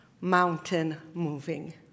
mountain-moving